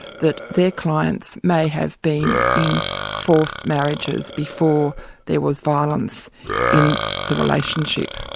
that their clients may have been in forced marriages before there was violence in the relationship.